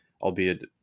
albeit